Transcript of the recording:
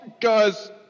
guys